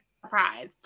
surprise